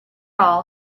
all